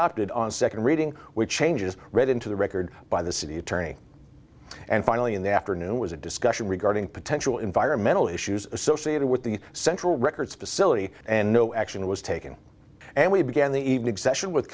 adopted on second reading which changes read into the record by the city attorney and finally in the afternoon was a discussion regarding potential environmental issues associated with the central records facility and no action was taken and we began the evening session with